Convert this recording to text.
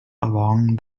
along